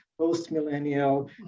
postmillennial